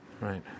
right